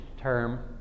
term